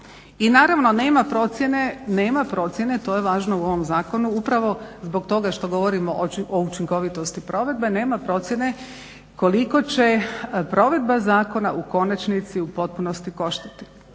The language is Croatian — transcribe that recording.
I naravno nema procjene, to je važno u ovom zakonu, upravo zbog toga što govorimo o učinkovitosti provedbe, nema procjene koliko će provedba zakona u konačnici u potpunosti koštati.